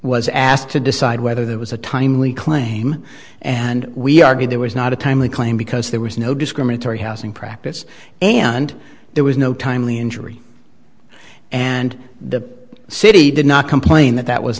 was asked to decide whether there was a timely claim and we argued there was not a timely claim because there was no discriminatory housing practice and there was no timely injury and the city did not complain that that was